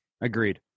agreed